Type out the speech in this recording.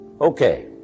Okay